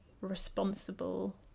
responsible